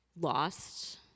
lost